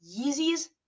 Yeezys